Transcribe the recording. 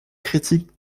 critiques